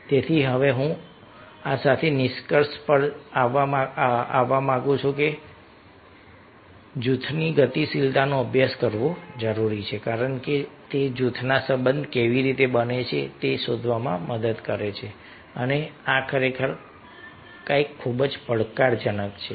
તેથી હવે આ સાથે હું નિષ્કર્ષ પર આવવા માંગુ છું કે તે નિષ્કર્ષ પર આવી શકે છે કે જૂથની ગતિશીલતાનો અભ્યાસ કરવો જરૂરી છે કારણ કે તે જૂથમાં સંબંધ કેવી રીતે બને છે તે શોધવામાં મદદ કરે છે અને આ ખરેખર કંઈક ખૂબ જ પડકારજનક છે